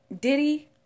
Diddy